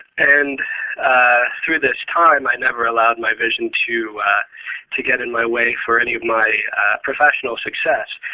and through this time, i never allowed my vision to to get in my way for any of my professional success.